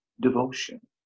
devotion